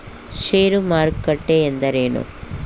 ಷೇರು ಮಾರುಕಟ್ಟೆ ಎಂದರೇನು?